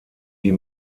wie